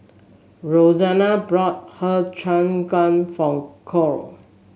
Roseann brought Har Cheong Gai form Kole